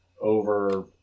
over